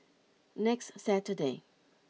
next saturday